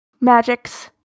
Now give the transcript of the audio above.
magics